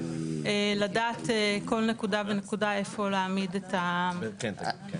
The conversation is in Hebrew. לדעת כל ונקודה איפה להעמיד את המערכת,